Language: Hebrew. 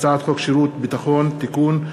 הצעת חוק-יסוד: כבוד האדם וחירותו (תיקון,